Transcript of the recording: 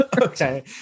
Okay